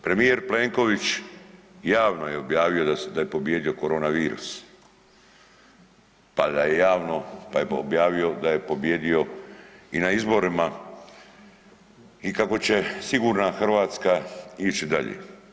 Premijer Plenković javno je objavio da je pobijedio korona virus, pa da je javno, pa je objavio da je pobijedio i na izborima i kako će sigurna Hrvatska ići dalje.